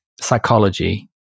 psychology